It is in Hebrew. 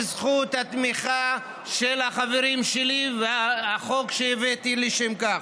בזכות התמיכה של החברים שלי והחוק שהבאתי לשם כך.